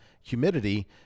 humidity